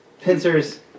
pincers